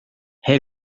hey